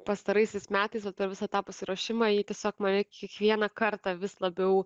pastaraisiais metais vat per visą tą pasiruošimą ji tiesiog mane kiekvieną kartą vis labiau